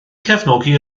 cefnogi